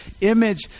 image